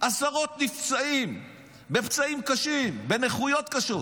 עשרות נפצעים פצעים קשים, נכויות קשות.